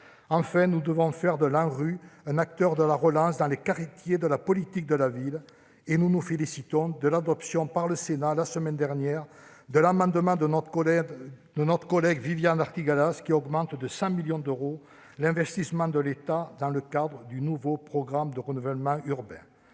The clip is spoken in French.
Enfin, nous devons faire de l'ANRU un acteur de la relance dans les quartiers de la politique de la ville. À cet égard, nous nous félicitons de l'adoption par le Sénat, la semaine dernière, de l'amendement de Viviane Artigalas, tendant à augmenter de 100 millions d'euros l'investissement de l'État dans le cadre du nouveau programme national de renouvellement urbain.